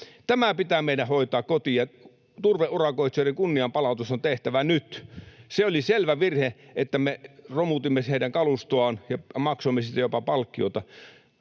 Tämä pitää meidän hoitaa kotiin. Turveurakoitsijoiden kunnianpalautus on tehtävä nyt. Se oli selvä virhe, että me romutimme heidän kalustoaan ja maksoimme siitä jopa palkkiota.